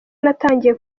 natangiye